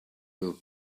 your